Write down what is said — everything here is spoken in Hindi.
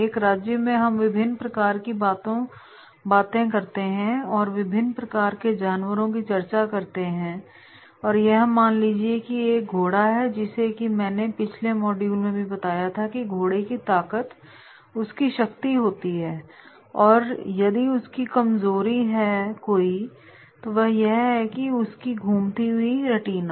एक राज्य में हम विभिन्न प्रकार की बातें करते हैं और विभिन्न प्रकार के जानवरों की चर्चा करते हैं यह मान लीजिए कि एक घोड़ा है जैसे कि मैंने पिछले मॉड्यूल में भी बताया था कि घोड़े की ताकत उसकी शक्ति होती है और यदि उसकी कोई कमजोरी है तो वह है उसकी घूमती हुई रेटिना